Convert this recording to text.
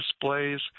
displays